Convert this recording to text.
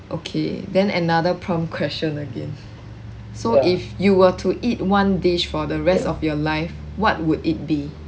okay then another prompt question again so if you were to eat one dish for the rest of your life what would it be